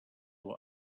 were